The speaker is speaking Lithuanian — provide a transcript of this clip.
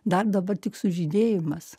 dar dabar tik sužydėjimas